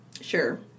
Sure